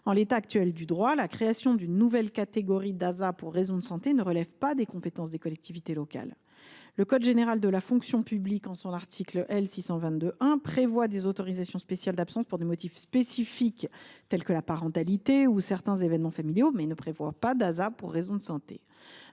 En l’état actuel du droit, la création d’une nouvelle catégorie d’ASA pour raison de santé ne relève pas des compétences des collectivités locales. En effet, l’article L. 622 1 du code général de la fonction publique prévoit des autorisations spéciales d’absence pour des motifs spécifiques, tels que la parentalité ou certains événements familiaux, mais pas pour raison de santé.